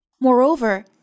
Moreover